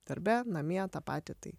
darbe namie tą patį tai